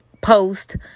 post